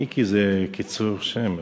מיקי זה קיצור שם.